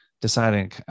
deciding